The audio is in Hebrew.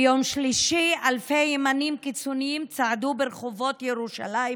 ביום שלישי אלפי ימנים קיצוניים צעדו ברחובות ירושלים